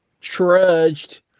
trudged